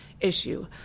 issue